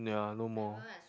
ya no more